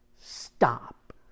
Stop